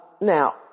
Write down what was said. Now